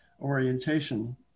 orientation